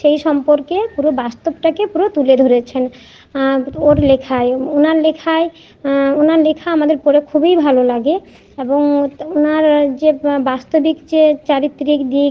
সেই সম্পর্কেই পুরো বাস্তবটাকে পুরো তুলে ধরেছেন ওর লেখায় উনার লেখায় ওনার লেখা আমাদের পড়ে খুবই ভালো লাগে এবং ওনার যে বাস্তবিক যে চারিত্রিক দিক